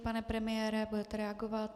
Pane premiére, budete reagovat?